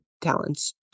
talents